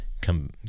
come